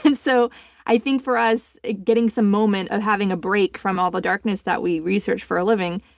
and so i think for us getting some moment of having a break from all the darkness that we research for a living,